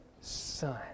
son